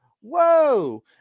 Whoa